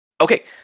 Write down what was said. Okay